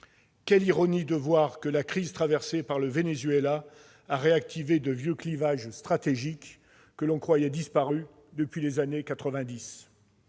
Quelle ironie de voir que la crise traversée par le Venezuela a réactivé de vieux clivages stratégiques que l'on croyait disparus depuis les années 1990